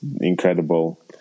incredible